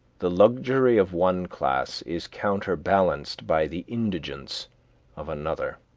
the luxury of one class is counterbalanced by the indigence of another.